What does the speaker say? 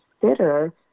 Consider